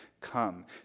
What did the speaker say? come